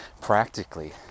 practically